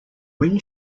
when